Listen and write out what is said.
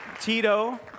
Tito